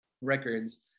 records